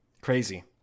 Crazy